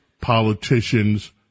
politicians